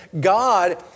God